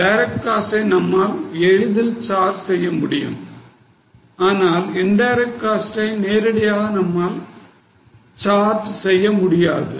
direct காஸ்ட்டை நம்மால் எளிதில் சார்ஜ் செய்ய முடியும் ஆனால் இன்டைரக்ட் காஸ்ட்டை நேரடியாக நம்மால் சார்ஜ் செய்ய முடியாது